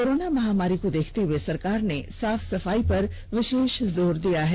corona महामारी को देखते हुए सरकार ने साफ सफाई पर विशेष जोर दिया है